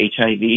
HIV